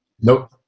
nope